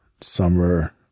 summer